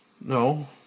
No